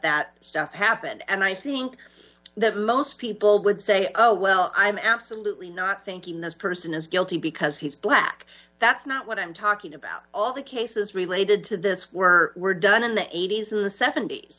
that stuff happen and i think that most people would say oh well i'm absolutely not thinking this person is guilty because he's black that's not what i'm talking about all the cases related to this were were done in the eighty's in the sevent